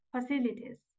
facilities